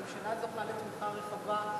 הממשלה זוכה לתמיכה רחבה,